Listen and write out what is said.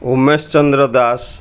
Umesh Chandra Das